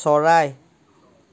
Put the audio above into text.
চৰাই